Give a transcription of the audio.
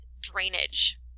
drainage